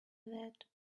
that